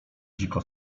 dziko